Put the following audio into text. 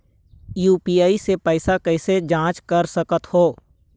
UPI से पैसा कैसे जाँच कर सकत हो?